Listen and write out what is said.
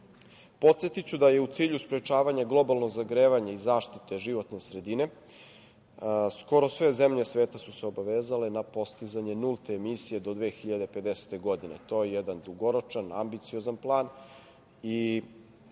da su se u cilju sprečavanja globalnog zagrevanja i zaštite životne sredine skoro sve zemlje sveta obavezale na postizanje nulte emisije do 2050. godine. To je jedan dugoročan, ambiciozan plan.